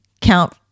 count